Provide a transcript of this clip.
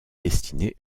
destiné